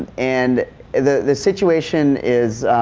and the situation is